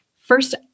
First